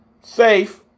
safe